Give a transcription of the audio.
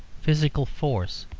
physical force,